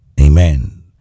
Amen